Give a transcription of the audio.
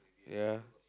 ya